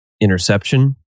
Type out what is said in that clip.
interception